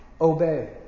Obey